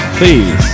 please